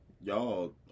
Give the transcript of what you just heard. Y'all